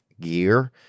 gear